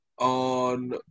on